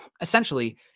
essentially